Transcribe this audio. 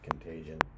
Contagion